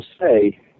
say